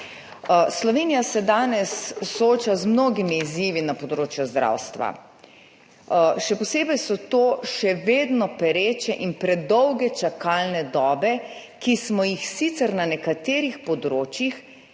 Slovenija se danes sooča z mnogo izzivi na področju zdravstva. Še posebej so to še vedno pereče in predolge čakalne dobe, ki smo jih sicer na nekaterih področjih